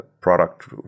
product